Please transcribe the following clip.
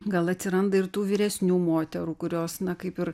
gal atsiranda ir tų vyresnių moterų kurios na kaip ir